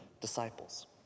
disciples